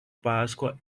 páscoa